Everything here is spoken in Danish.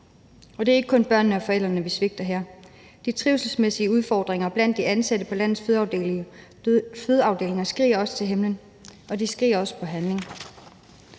Det er ikke kun børnene og forældrene, vi svigter her. De trivselsmæssige udfordringer blandt de ansatte på landets fødeafdelinger skriger til himlen, og de skriger også på handling.